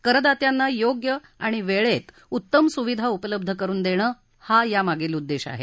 करदात्यांना योग्य आणि वेळेत उत्तम सुविधा उपलब्ध करुन देणे हा यामागील उद्देश आहे